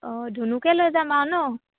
অঁ ধুনুকে লৈ যাম আৰু ন